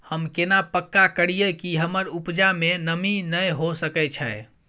हम केना पक्का करियै कि हमर उपजा में नमी नय होय सके छै?